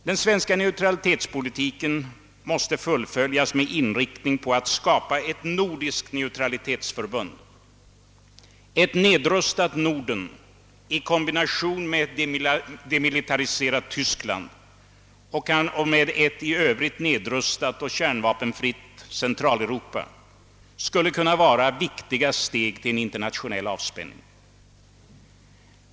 Den svenska <:neutralitetspolitiken måste fullföljas med inriktning på att skapa ett nordiskt neutralitetsförbund. Ett nedrustat Norden i kombination med ett demilitariserat Tyskland och ett i övrigt nedrustat och kärnvapenfritt Centraleuropa skulle kunna utgöra ett viktigt steg mot en internationell avspänning.